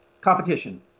competition